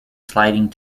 sliding